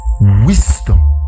Wisdom